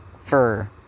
Fur